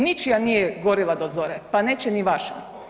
Ničija nije gorila do zore pa neće ni vaša.